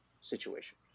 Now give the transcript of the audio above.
situation